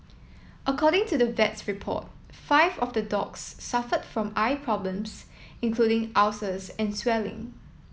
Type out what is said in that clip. according to the vet's report five of the dogs suffered from eye problems including ulcers and swelling